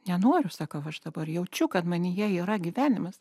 nenoriu sakau aš dabar jaučiu kad manyje yra gyvenimas